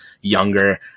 younger